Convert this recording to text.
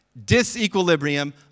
Disequilibrium